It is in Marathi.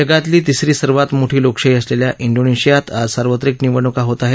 जगातली तिसरी सर्वात मोठी लोकशाही असलेल्या इंडोनेशियात आज सार्वत्रिक निवडणूका होत आहेत